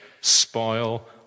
spoil